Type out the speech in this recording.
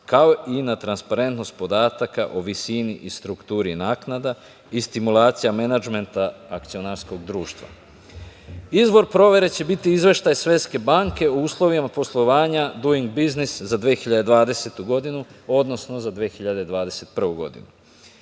kao i na transparentnost podataka o visini i strukturi naknada i stimulacija menadžmenta akcionarskog društva. Izvor provere će biti izveštaj Svetske banke o uslovima poslovanja Duing biznis za 2020. godinu, odnosno za 2021. godinu. Savez